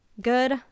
good